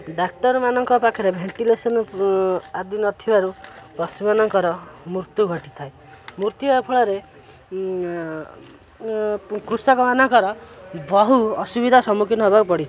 ଡାକ୍ତରମାନଙ୍କ ପାଖରେ ଭେଣ୍ଟିଲେସନ୍ ଆଦି ନଥିବାରୁ ପଶୁମାନଙ୍କର ମୃତ୍ୟୁ ଘଟିଥାଏ ମୃତ୍ୟୁ ହେବା ଫଳରେ କୃଷକମାନଙ୍କର ବହୁ ଅସୁବିଧାର ସମ୍ମୁଖୀନ ହେବାକୁ ପଡ଼ିଥାଏ